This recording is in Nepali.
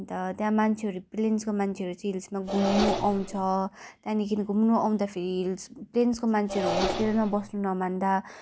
अन्त त्यहाँ मान्छेहरू प्लेन्सको मान्छेहरू चाहिँ हिल्समा घुम्नु आउँछ त्यहाँदेखि घुम्नु आउँदाखेरि हिल्स प्लेन्सको मान्छेहरू होटेलमा बस्नु नमान्दा